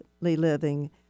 living